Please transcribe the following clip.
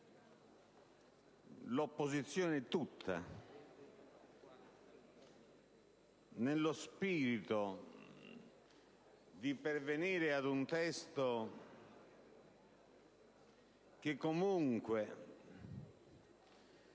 l'opposizione tutta, nello spirito di intervenire su un testo che avesse